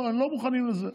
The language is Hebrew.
הם לא מוכנים לזה.